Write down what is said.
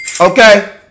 Okay